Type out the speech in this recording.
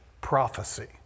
prophecy